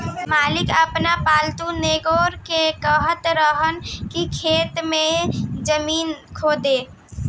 मालिक आपन पालतु नेओर के कहत रहन की खेत के जमीन खोदो